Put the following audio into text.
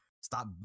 Stop